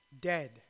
dead